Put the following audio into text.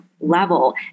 level